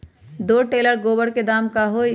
दो टेलर गोबर के दाम का होई?